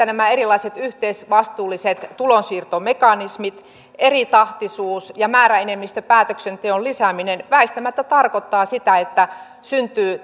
nämä erilaiset yhteisvastuulliset tulonsiirtomekanismit eritahtisuus ja määräenemmistöpäätöksenteon lisääminen väistämättä tarkoittavat sitä että syntyy